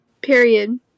Period